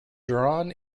drawn